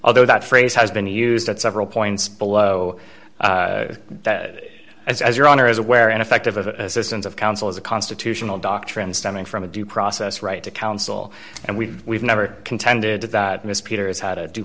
although that phrase has been used at several points below that as your honor is aware and effective a distance of counsel is a constitutional doctrine stemming from a due process right to counsel and we've we've never contended that miss peters had a due